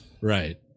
Right